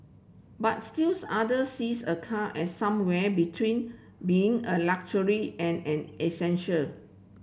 but still other sees a car as somewhere between being a luxury and an essential